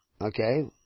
okay